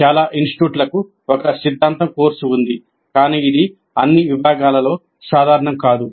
చాలా ఇన్స్టిట్యూట్లకు ఒక సిద్ధాంతం కోర్సు ఉంది కానీ ఇది అన్ని విభాగాలలో సాధారణం కాదు